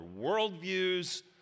worldviews